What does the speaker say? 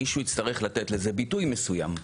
מישהו יצטרך לתת לזה ביטוי מסוים,